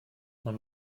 man